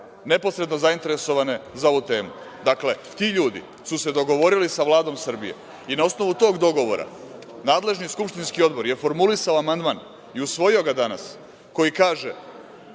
neposredno zainteresovane za ovu temu. Dakle, ti ljudi su se dogovorili sa Vladom Srbije i na osnovu tog dogovora nadležni skupštinski odbor je formulisao amandman i usvojio ga danas, a koji kaže